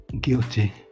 guilty